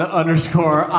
underscore